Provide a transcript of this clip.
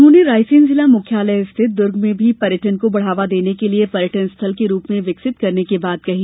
उन्होंने रायसेन जिला मुख्यालय स्थित दुर्ग में भी पर्यटन को बढ़ावा देने के लिए पर्यटन स्थल के रूप में विकसित करने की बात कही